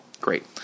Great